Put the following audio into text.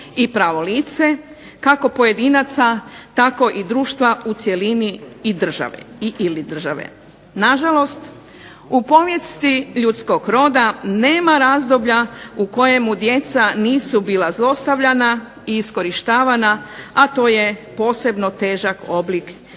i pravo lice kako pojedinaca tako i društva u cjelini i/ili države. Nažalost, u povijesti ljudskog roda nema razdoblja u kojemu djeca nisu bila zlostavljana i iskorištavana, a to je posebno težak oblik